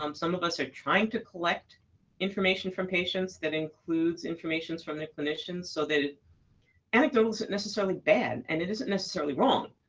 um some of us are trying to collect information from patients that includes information from their clinicians so that it anecdotal isn't necessarily bad. and it isn't necessarily wrong.